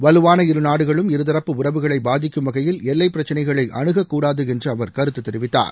வலுவான இரு நாடுகளும் இருதரப்பு உறவுகளை பாதிக்கும் வகையில் எல்லைப்பிரச்சனைகளை அணுகக்கூடாது என்று அவர் கருத்து தெரிவித்தார்